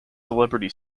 celebrity